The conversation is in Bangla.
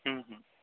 হুম হুম